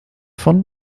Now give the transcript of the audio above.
von